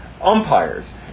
umpires